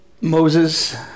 Moses